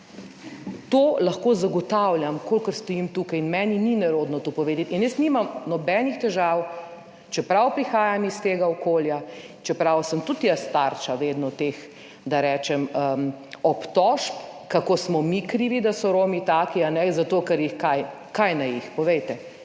To lahko zagotavljam, kolikor stojim tukaj, in meni ni nerodno tega povedati in jaz nimam nobenih težav, čeprav prihajam iz tega okolja, čeprav sem tudi jaz vedno tarča teh, da rečem, obtožb, kako smo mi krivi, da so Romi taki, zato ker jih – kaj? Kaj naj jih, povejte.